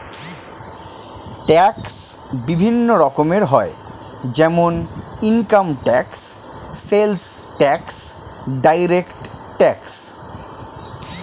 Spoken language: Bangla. ট্যাক্স বিভিন্ন রকমের হয় যেমন income tax, sales tax, direct tax